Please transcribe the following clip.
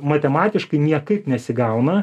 matematiškai niekaip nesigauna